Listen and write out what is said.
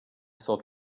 sold